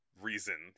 reason